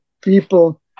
people